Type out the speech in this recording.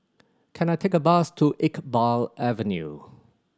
can I take a bus to Iqbal Avenue